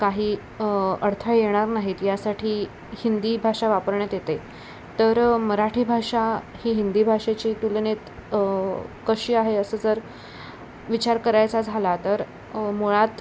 काही अडथळे येणार नाहीत यासाठी हिंदी भाषा वापरण्यात येते तर मराठी भाषा ही हिंदी भाषेची तुलनेत कशी आहे असं जर विचार करायचा झाला तर मुळात